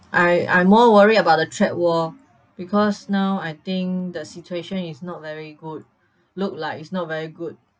I I'm more worried about the trade war because now I think the situation is not very good look like it's not very good